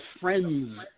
friends